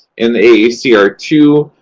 in a a c r two,